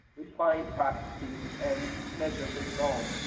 refine practices, and measure results.